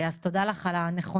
אז תודה לך על הנכונות,